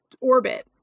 orbit